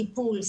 טיפול,